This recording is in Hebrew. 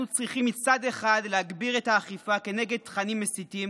אנחנו צריכים מצד אחד להגביר את האכיפה כנגד תכנים מסיתים,